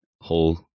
whole